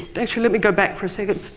actually, let me go back for a second.